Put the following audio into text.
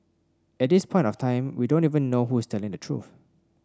at this point of time we don't even know who's telling the truth